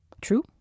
True